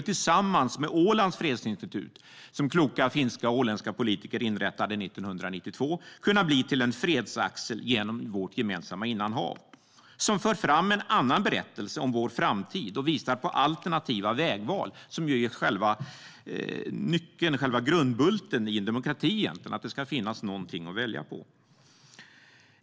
Tillsammans med Ålands fredsinstitut, som kloka finska och åländska politiker inrättade 1992, skulle detta kunna bli till en fredsaxel genom vårt gemensamma innanhav. Det kan bli en fredsaxel som för fram en annan berättelse om vår framtid och visar på alternativa vägval, vilket ju är själva nyckeln till och grundbulten i en demokrati: Det ska finnas någonting att välja mellan.